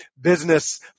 business